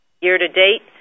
Year-to-date